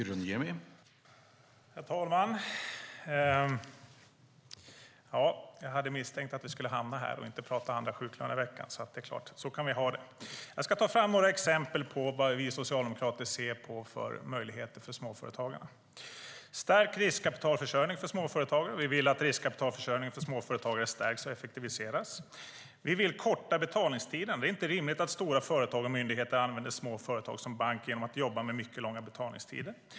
Herr talman! Jag hade misstänkt att vi skulle hamna här och inte tala om andra sjuklöneveckan. Det är klart att så kan vi ha det. Jag ska ta fram några exempel på möjligheter som vi socialdemokrater ser för småföretagarna: Vi vill ha stärkt riskkapitalförsörjning för småföretagen. Vi vill att riskkapitalförsörjningen för småföretagare stärks och effektiviseras. Vi vill korta betalningstiden. Det är inte rimligt att stora företag och myndigheter använder små företag som bank genom att jobba med mycket långa betalningstider.